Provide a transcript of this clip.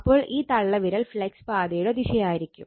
അപ്പോൾ ഈ തള്ളവിരൽ ഫ്ലക്സ് പാതയുടെ ദിശയായിരിക്കും